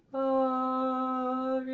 o